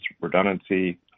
redundancy